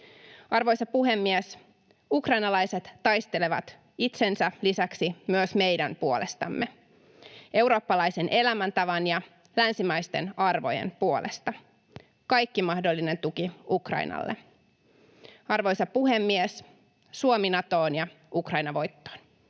Arvoisa puhemies! Ukrainalaiset taistelevat itsensä lisäksi myös meidän puolestamme, eurooppalaisen elämäntavan ja länsimaisten arvojen puolesta. Kaikki mahdollinen tuki Ukrainalle. Arvoisa puhemies! Suomi Natoon ja Ukraina voittoon.